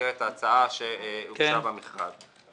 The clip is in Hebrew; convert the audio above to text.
במסגרת ההצעה שהוגשה במכרז.